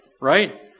right